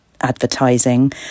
advertising